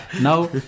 now